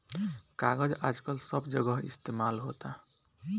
कागज आजकल सब जगह इस्तमाल होता